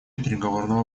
переговорного